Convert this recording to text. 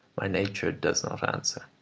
my nature does not answer.